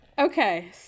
Okay